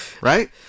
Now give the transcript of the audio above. Right